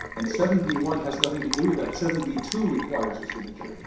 and seven b one has nothing to do with that seven b two requires a signature.